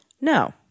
No